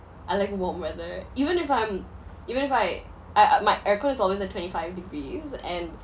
I like warm weather even if I'm even if I I I my aircon is always at twenty-five degrees and